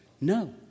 No